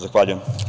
Zahvaljujem.